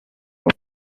were